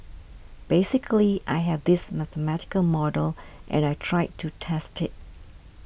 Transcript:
basically I have this mathematical model and I tried to test it